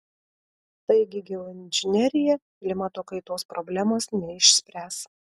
taigi geoinžinerija klimato kaitos problemos neišspręs